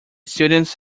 students